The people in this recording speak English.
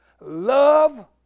love